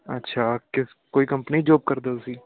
ਅੱਛਾ ਕਿਸ ਕੋਈ ਕੰਪਨੀ ਜੋਬ ਕਰਦੇ ਹੋ ਤੁਸੀਂ